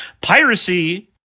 Piracy